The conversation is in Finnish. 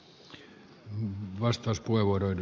herra puhemies